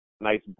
nice